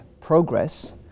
progress